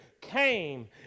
came